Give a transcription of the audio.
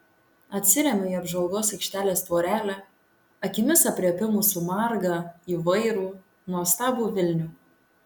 atsiremiu į apžvalgos aikštelės tvorelę akimis aprėpiu mūsų margą įvairų nuostabų vilnių